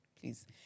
Please